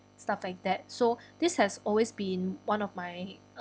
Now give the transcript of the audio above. stuff like that so this has always been one of my